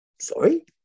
sorry